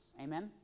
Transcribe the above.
Amen